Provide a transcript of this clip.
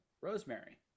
rosemary